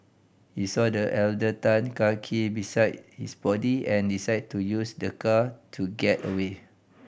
he saw the elder Tan car key beside his body and decided to use the car to get away